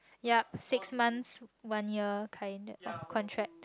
yup six months one year kind of contract